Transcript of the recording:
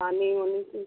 पानी उनी चाहिए